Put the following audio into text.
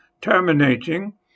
terminating